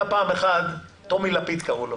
היה פעם אחד, טומי לפיד קראו לו.